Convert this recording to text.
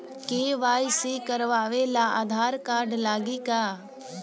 KYC करावे ला Aadhaar card लागी का?